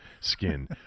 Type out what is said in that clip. skin